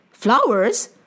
Flowers